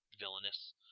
villainous